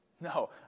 no